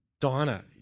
Donna